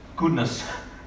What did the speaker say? goodness